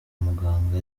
muganga